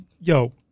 Yo